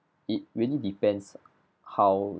it really depends how